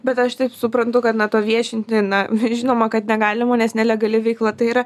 bet aš taip suprantu kad na to viešinti na žinoma kad negalima nes nelegali veikla tai yra